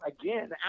again